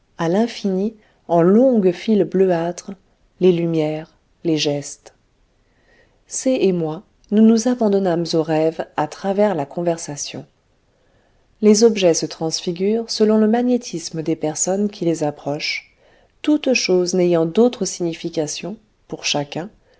à l'infini en longues files bleuâtres les lumières les gestes c et moi nous nous abandonnâmes au rêve à travers la conversation les objets se transfigurent selon le magnétisme des personnes qui les approchent toutes choses n'ayant d'autre signification pour chacun